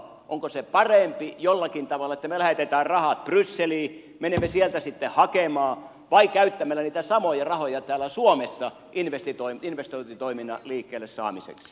onko se parempi jollakin tavalla että me lähetämme rahat brysseliin menemme sieltä sitten hakemaan kuin että käytämme niitä samoja rahoja täällä suomessa investointitoiminnan liikkeelle saamiseksi